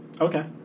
Okay